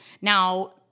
Now